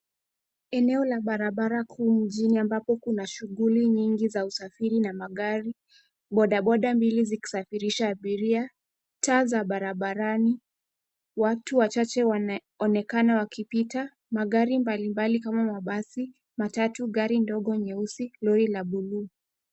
Eneo la barabara kuu mjini ambapo kuna shughuli nyingi za usafiri na magari, bodaboda mbili zikisafirisha abiria, taa za barabarani, watu wachache wanaonekana wakipita, magari mbalimbali kama mabasi, matatu, gari ndogo nyeusi, lori la buluu.